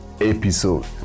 episode